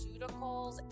pharmaceuticals